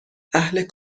اهل